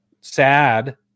sad